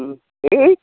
दे